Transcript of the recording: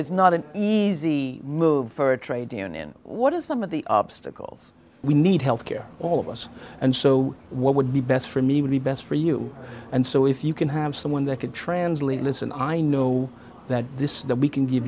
is not an easy move for a trade down in what is some of the obstacles we need health care all of us and so what would be best for me would be best for you and so if you can have someone that could translate listen i know that this that we can give